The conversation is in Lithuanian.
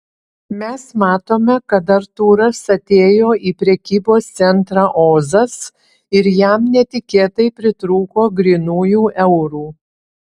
mes matome kad artūras atėjo į prekybos centrą ozas ir jam netikėtai pritrūko grynųjų eurų